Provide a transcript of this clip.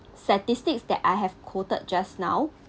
statistics that I have quoted just now